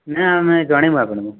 ନା ଆମେ ଜଣେଇବୁ ଆପଣଙ୍କୁ